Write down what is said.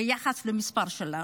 ביחס למספר שלנו.